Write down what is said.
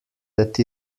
that